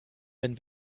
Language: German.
wenn